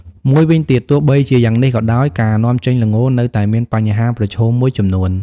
មួយវិញទៀតទោះបីជាយ៉ាងនេះក៏ដោយ ការនាំចេញល្ងនៅតែមានបញ្ហាប្រឈមមួយចំនួន។